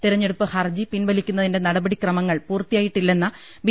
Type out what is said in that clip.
തെരഞ്ഞെ ടുപ്പ് ഹർജി പിൻവലിക്കുന്നതിന്റെ നടപടി ക്രമങ്ങൾ പൂർത്തിയാ യിട്ടില്ലെന്ന ബി